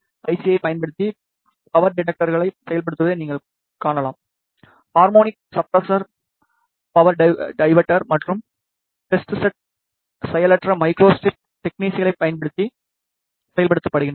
S ஐப் பயன்படுத்தி power டிடெக்டர்கள் செயல்படுத்தப்படுவதை நீங்கள் காணலாம் ஹார்மோனிக் சப்ரெஸ்ஸர் பவர் டிவைடர் மற்றும் டெஸ்ட் செட் செயலற்ற மைக்ரோஸ்ட்ரிப் டெக்னீக்ஸ்களைப் பயன்படுத்தி செயல்படுத்தப்படுகின்றன